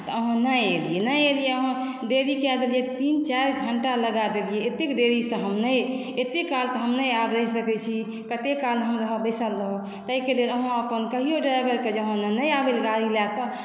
तऽ अहाँ नहि एलियै नहि एलियै अहाँ देरी कए देलियै तीन चारि घंटा लगा देलियै एतेक देरीसँ हम नहि एते काल तऽ हम नहि आब रहि सकै छी कते काल हम रहब बैसल रहब तै के लेल अहाँ अपन कहियो ड्राइवरकेँ जे अहाँ नहि आबै लऽ गाड़ी लए कऽ